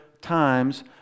times